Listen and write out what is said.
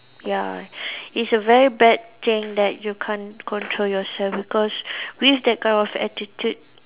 ya it's a very bad thing that you can't control yourself because with that kind of attitude